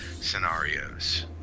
scenarios